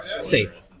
safe